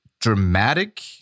dramatic